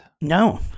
No